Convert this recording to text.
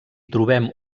trobem